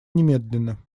немедленно